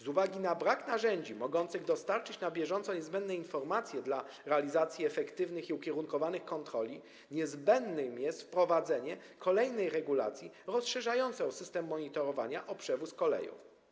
Z uwagi na brak narzędzi mogących dostarczyć na bieżąco informacji niezbędnych dla realizacji efektywnych i ukierunkowanych kontroli, niezbędne jest wprowadzenie kolejnej regulacji rozszerzającej system monitorowania o przewóz koleją.